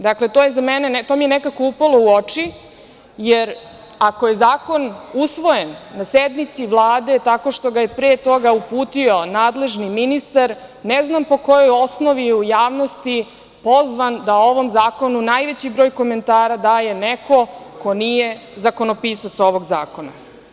Dakle, to mi je nekako upalo u oči, jer ako je zakon usvojen na sednici Vlade tako što ga je pre toga uputio nadležni ministar, ne znam po kojoj osnovi je u javnosti pozvan da o ovom zakonu najveći broj komentara daje neko ko nije zakonopisac ovog zakona?